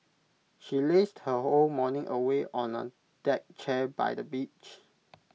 she lazed her whole morning away on A deck chair by the beach